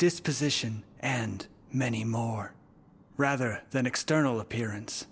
disposition and many more rather than external appearance